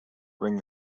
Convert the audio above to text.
bring